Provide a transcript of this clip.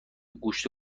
گوشت